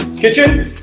kitchen